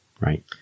right